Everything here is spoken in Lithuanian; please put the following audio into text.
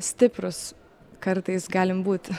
stiprūs kartais galim būt